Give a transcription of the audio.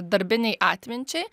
darbinei atminčiai